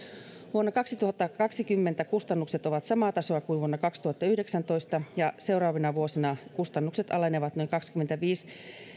vuonna kaksituhattakaksikymmentä kustannukset ovat samaa tasoa kuin vuonna kaksituhattayhdeksäntoista ja seuraavina vuosina kustannukset alenevat noin kaksikymmentäviisi